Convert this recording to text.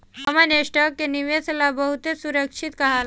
common stock के निवेश ला बहुते सुरक्षित कहाला